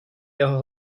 jeho